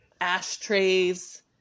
ashtrays